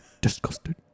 disgusted